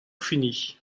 finis